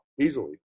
easily